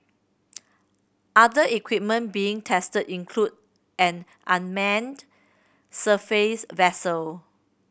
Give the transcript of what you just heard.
other equipment being tested include an unmanned surface vessel